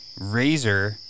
Razor